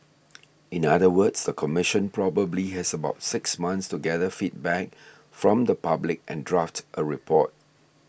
in other words the Commission probably has about six months to gather feedback from the public and draft a report